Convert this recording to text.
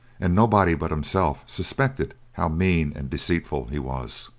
and nobody but himself suspected how mean and deceitful he was.